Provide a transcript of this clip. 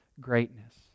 greatness